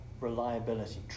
reliability